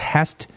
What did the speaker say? Test